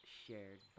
shared